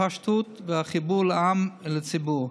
והפשטות והחיבור לעם ולציבור,